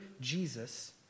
Jesus